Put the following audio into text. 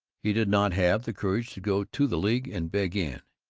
he did not have the courage to go to the league and beg in,